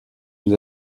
nous